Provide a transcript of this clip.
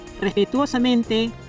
respetuosamente